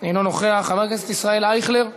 אינו נוכח, חבר הכנסת ישראל אייכלר,